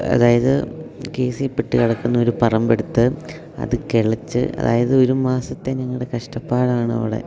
അതായത് കേസിൽപ്പെട്ട് കിടക്കുന്ന ഒരു പറമ്പെടുത്ത് അത് കിളച്ച് അതായതൊരു മാസത്തെ ഞങ്ങളുടെ കഷ്ടപ്പാടാണവിടെ